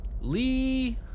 Lee